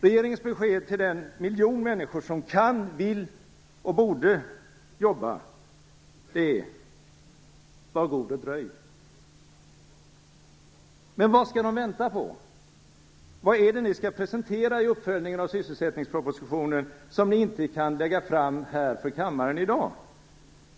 Regeringens besked till den miljon människor som kan, vill och borde jobba är: Var god dröj. Men vad skall de vänta på? Vad är det ni skall presentera i uppföljningen av sysselsättningspropositionen som ni inte kan lägga fram här i kammaren i dag?